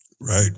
Right